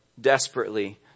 desperately